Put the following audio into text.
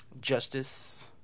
Justice